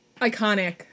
Iconic